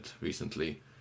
recently